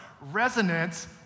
resonance